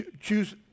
choose